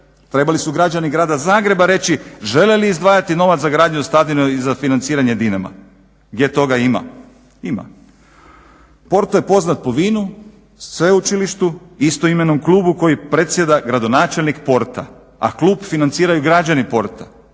trebali su građani Grada Zagreba reći žele li izdvajati novac za gradnju stadiona i za financiranje Dinama. Gdje toga ima? Ima. Porto je poznat po vinu, sveučilištu i istoimenom klubu kojim predsjeda gradonačelnik Porta, a klub financiraju građani Porta.